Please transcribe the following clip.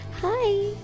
Hi